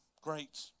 great